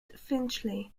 finchley